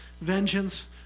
vengeance